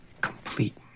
complete